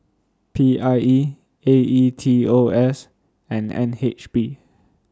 P I E A E T O S and N H B